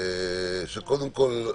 קודם כל,